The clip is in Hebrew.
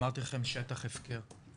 אמרתי לכם, שטח הפקר.